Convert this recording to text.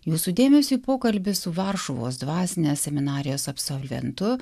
jūsų dėmesiui pokalbis su varšuvos dvasinės seminarijos absolventu